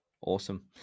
Awesome